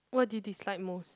what do you dislike most